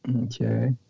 Okay